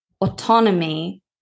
autonomy